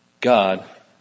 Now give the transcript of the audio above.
God